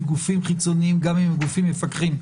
גופים חיצוניים גם אם הם גופים מפקחים.